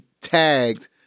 tagged